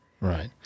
Right